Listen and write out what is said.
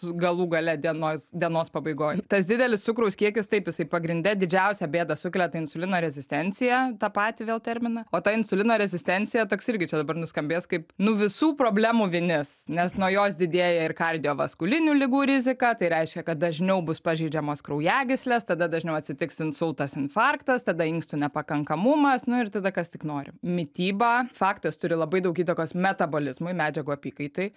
galų gale dienos dienos pabaigoj tas didelis cukraus kiekis taip jisai pagrinde didžiausią bėdą sukelia ta insulino rezistenciją tą patį vėl terminą o ta insulino rezistencija toks irgi čia dabar nuskambės kaip nuo visų problemų vinis nes nuo jos didėja ir kardiovaskulinių ligų rizika tai reiškia kad dažniau bus pažeidžiamos kraujagyslės tada dažniau atsitiks insultas infarktas tada inkstų nepakankamumas nu ir tada kas tik nori mitybą faktas turi labai daug įtakos metabolizmui medžiagų apykaitai